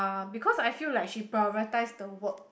because I feel like she prioritise the work